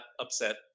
upset